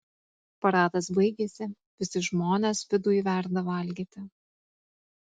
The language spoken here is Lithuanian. paradas baigėsi visi žmonės viduj verda valgyti